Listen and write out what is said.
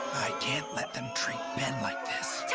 can't let them treat ben like this!